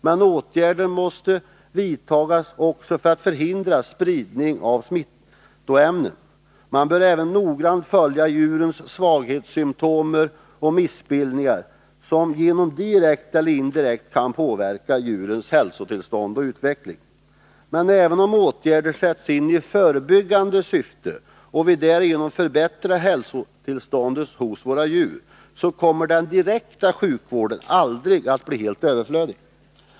Men åtgärder måste vidtagas också för att förhindra spridning av smittämnen. Man bör även noggrant följa djurens svaghetssymtom och missbildningar som direkt eller indirekt kan påverka deras hälsotillstånd och utveckling. Men även om åtgärder sätts in i förebyggande syfte och vi därigenom förbättrar hälsotillståndet hos våra djur, kommer den direkta sjukvården aldrig att bli helt överflödig.